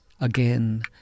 again